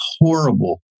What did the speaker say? horrible